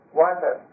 water